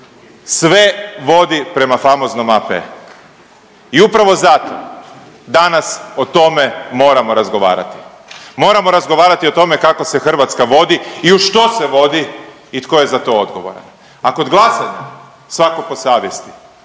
sve vodi prema famoznom AP i upravo zato danas o tome moramo razgovarati, moramo razgovarati o tome kako se Hrvatska vodi i u što se vodi i tko je za to odgovoran, a kod glasanja svako po savjesti,